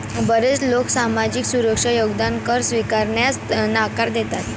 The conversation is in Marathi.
बरेच लोक सामाजिक सुरक्षा योगदान कर स्वीकारण्यास नकार देतात